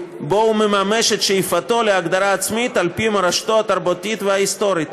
בו הוא מממש את שאיפתו להגדרה עצמית על פי מורשתו התרבותית וההיסטורית,